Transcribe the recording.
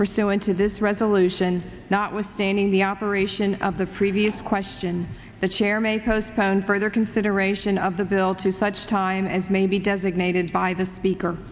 pursuant to this resolution notwithstanding the operation of the previous question the chair may postpone further consideration of the bill to such time as may be designated by the speaker